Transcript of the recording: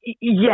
yes